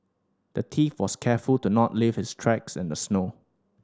the thief was careful to not leave his tracks in the snow